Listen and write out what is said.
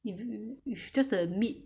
just the meat